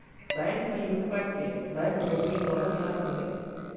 bank में लूटपाट के बैंक रोबरी कहल जात हवे